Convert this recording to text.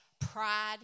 pride